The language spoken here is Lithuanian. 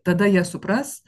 tada jie supras